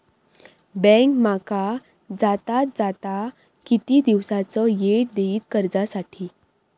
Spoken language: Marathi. बँक माका जादात जादा किती दिवसाचो येळ देयीत कर्जासाठी?